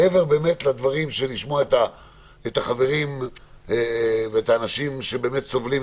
מעבר לשמיעת החברים והאנשים שבאמת סובלים,